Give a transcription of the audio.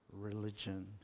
religion